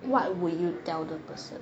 what would you tell the person